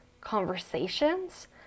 conversations